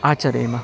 आचरेम